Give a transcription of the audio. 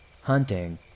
hunting